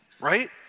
right